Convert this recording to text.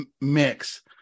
mix